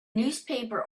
newspaper